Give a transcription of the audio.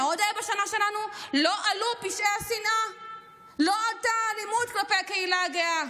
תקנה אחת טובה לקהילה הגאה.